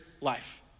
life